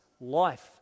life